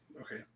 okay